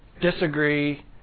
disagree